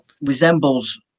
resembles